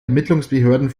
ermittlungsbehörden